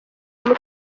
umuco